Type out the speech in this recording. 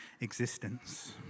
existence